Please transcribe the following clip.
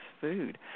food